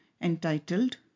entitled